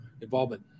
involvement